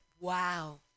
Wow